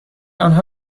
آنها